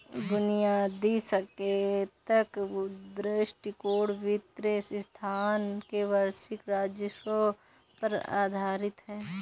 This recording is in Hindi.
बुनियादी संकेतक दृष्टिकोण वित्तीय संस्थान के वार्षिक राजस्व पर आधारित है